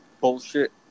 bullshit